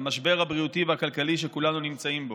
למשבר הבריאותי והכלכלי שכולנו נמצאים בו.